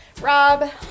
Rob